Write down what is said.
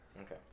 Okay